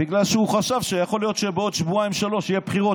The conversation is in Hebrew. בגלל שהוא חשב שיכול להיות שבעוד שבועיים-שלושה יהיו בחירות,